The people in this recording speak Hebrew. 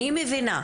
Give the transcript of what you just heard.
אני מבינה,